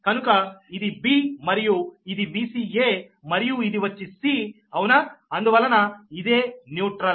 కనుక ఇది b మరియు ఇది Vca మరియు ఇది వచ్చి c అవునా అందువలన ఇదే న్యూట్రల్